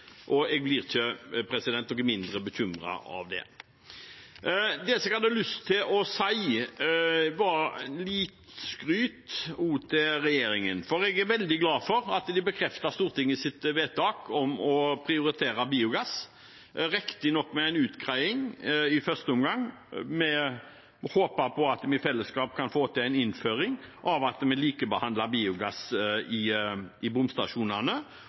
Det jeg også hadde lyst til, var å gi litt skryt til regjeringen. Jeg er veldig glad for at de bekrefter Stortingets vedtak om å prioritere biogass, riktignok med en utgreiing i første omgang. Vi håper at vi i fellesskap kan få til en innføring av at vi likebehandler biogass i bomstasjonene